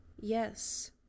Yes